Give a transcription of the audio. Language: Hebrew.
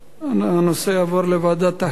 הנושא יעבור לוועדת החינוך.